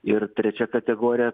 ir trečia kategorija